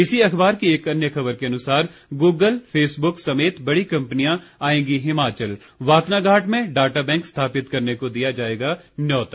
इसी अखबार की एक अन्य खबर के अनुसार गूगल फेसबुक समेत बड़ी कम्पनियां आएंगी हिमाचल वाकनाघाट में डाटा बैंक स्थापित करने को दिया जाएगा न्योता